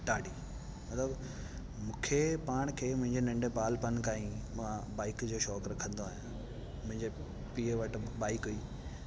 ॾाढी उहो मूंखे पाण खे मुंहिंजे नन्ढे ॿालिपन खां ई मां बाईक जो शौक़ु रखंदो आहियां मुंहिंजे पीउ वटि बाईक हुई